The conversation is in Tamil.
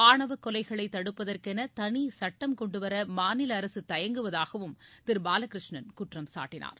ஆணவ கொலைகளை தடுப்பதற்கென தனி சட்டம் கொண்டுவர மாநில அரசு தயங்குவதாகவும் திரு பாலகிருஷ்ணன் குற்றம் சாட்டினார்